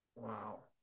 Wow